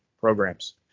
programs